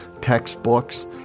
textbooks